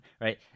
right